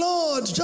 Lord